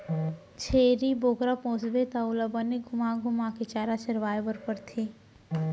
छेरी बोकरा पोसबे त ओला बने घुमा घुमा के चारा चरवाए बर परथे